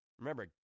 Remember